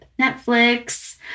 Netflix